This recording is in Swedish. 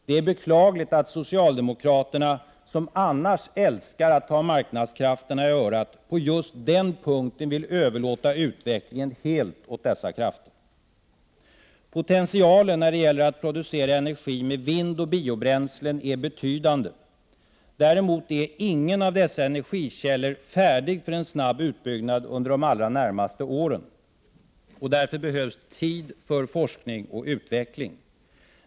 Det är beklagligt att socialdemokraterna, som annars älskar att ta marknadskrafterna i örat, på just denna punkt vill överlåta utvecklingen helt åt dessa krafter. Potentialen när det gäller att producera energi med vind och biobränslen är betydande. Däremot är ingen av dessa energikällor färdig för en snabb utbyggnad under de allra närmaste åren. Därför behövs tid för forskning och utveckling.